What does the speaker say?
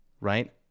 right